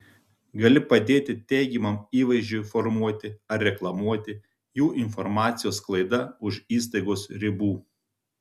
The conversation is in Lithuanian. gali padėti teigiamam įvaizdžiui formuoti ar reklamuoti jų informacijos sklaida už įstaigos ribų